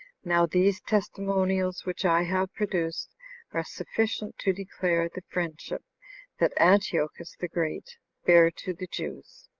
now these testimonials which i have produced are sufficient to declare the friendship that antiochus the great bare to the jews.